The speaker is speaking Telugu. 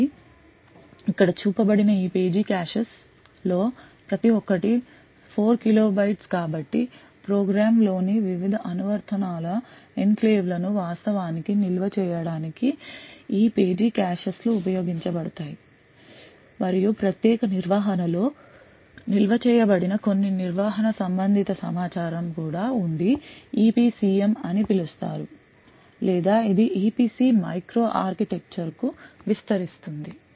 కాబట్టి ఇక్కడ చూపబడిన ఈ పేజీ Cachesలో ప్రతి ఒక్కటి 4 kilo bytes కాబట్టి ప్రోగ్రామ్లోని వివిధ అనువర్తనాల ఎన్క్లేవ్లను వాస్తవానికి నిల్వ చేయడానికి ఈ పేజీCaches లు ఉపయోగించబడతాయి మరియు ప్రత్యేక నిర్వహణ లో నిల్వ చేయబడిన కొన్ని నిర్వహణ సంబంధిత సమాచారం కూడా ఉండి EPCM అని పిలుస్తారు లేదా ఇది EPC మైక్రో ఆర్కిటెక్చర్కు విస్తరిస్తుంది